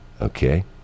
okay